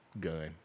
gun